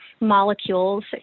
molecules